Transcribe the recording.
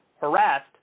harassed